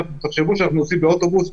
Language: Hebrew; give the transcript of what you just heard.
תחשבו שאנחנו נוסעים באוטובוס,